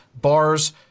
bars